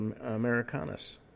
Americanus